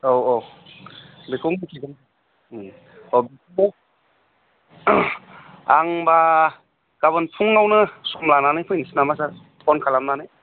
औ औ बेखौ मिथिदों ओम अह बे आं होनबा गाबोन फुङावनो सम लानानै फैनोसै नामा सार फन खालामनानै